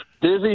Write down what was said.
Dizzy